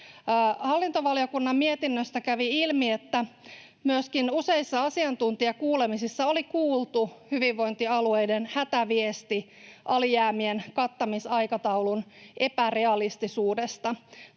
Hallintovaliokunnan mietinnöstä kävi ilmi, että myöskin useissa asiantuntijakuulemisissa oli kuultu hyvinvointialueiden hätäviesti alijäämien kattamisaikataulun epärealistisuudesta.